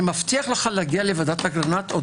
מבטיח לך להגיע לוועדת אגרנט.